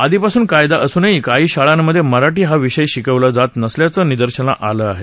आधीपासून कायदा असूनही काही शाळांमधे मराठी हा विषय शिकवला जात नसल्याचं निदर्शनाला आलं आहे